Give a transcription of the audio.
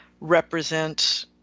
represent